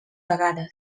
vegades